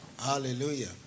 Hallelujah